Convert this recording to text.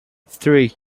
three